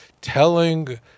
telling